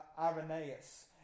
Irenaeus